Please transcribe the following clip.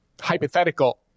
hypothetical